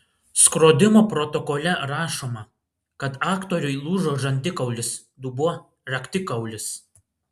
skrodimo protokole rašoma kad aktoriui lūžo žandikaulis dubuo raktikaulis